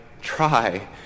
try